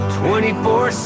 24